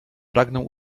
pragnę